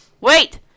Wait